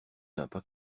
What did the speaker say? sympa